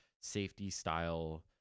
safety-style